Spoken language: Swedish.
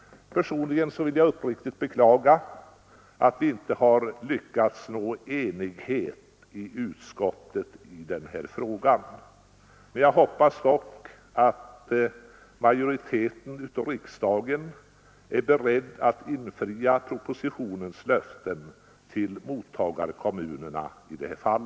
Personligen vill jag beklaga att vi inte lyckats nå enighet i utskottet. Jag hoppas dock att majoriteten i riksdagen är beredd att infria propositionens löften till mottagarkommunerna.